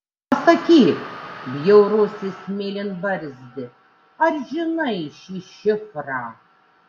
pasakyk bjaurusis mėlynbarzdi ar žinai šį šifrą